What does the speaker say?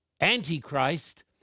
antichrist